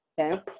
okay